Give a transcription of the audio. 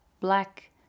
black